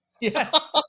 Yes